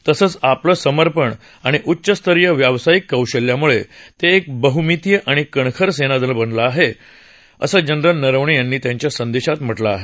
तसंच आपलं समर्पण आणि उच्चस्तरीय व्यावसायिक कौशल्यामुळे ते एक बहुमितीय आणि कणखर सेनादल बनलं आहे असं जनरल नरवणे यांनी त्यांच्या संदेशात म्हटलं आहे